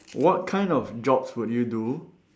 what kind of jobs will you do